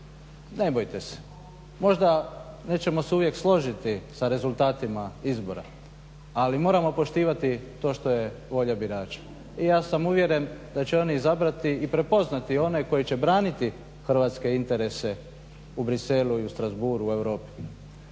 Ne bojte se. Možda se nećemo uvijek složiti sa rezultatima izbora ali moramo poštivati to što je volja birača. I ja sam uvjeren da će oni izabrati i prepoznati one koji će braniti hrvatske interese u Bruxellesu i u Strasbourgu i u Europi.